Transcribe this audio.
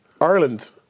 Ireland